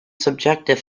subjective